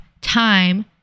time